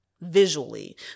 visually